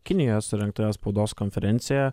kinijoje surengtoje spaudos konferencijoje